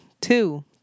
two